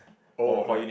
oh right